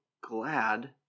glad